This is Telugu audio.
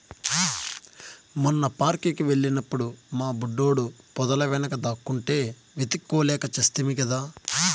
మొన్న పార్క్ కి వెళ్ళినప్పుడు మా బుడ్డోడు పొదల వెనుక దాక్కుంటే వెతుక్కోలేక చస్తిమి కదా